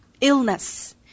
illness